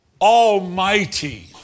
almighty